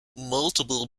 multiple